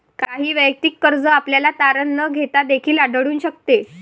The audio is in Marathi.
काही वैयक्तिक कर्ज आपल्याला तारण न घेता देखील आढळून शकते